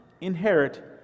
inherit